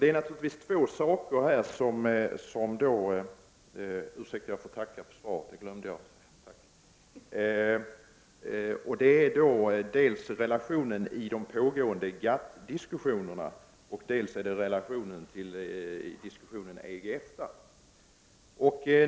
Det är två saker som jag vill lyfta fram: dels relationerna i de pågående GATT-diskussionerna, dels relationerna i diskussionerna med EG/EFTA.